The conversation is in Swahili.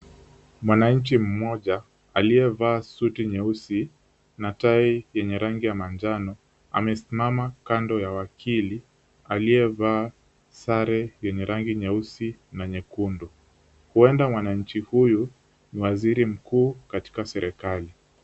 Mwananchi mmoja aliyevaa suti nyeusi na tai yenye rangi ya manjano amesimama kando ya wakili aliyevaa sare yenye rangi nyeusi na nyekundu. Huenda mwananchi huyu ni waziri mkuu katika serikali.